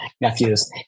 nephews